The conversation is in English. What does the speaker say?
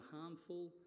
harmful